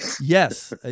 yes